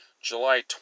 July